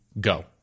go